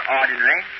ordinary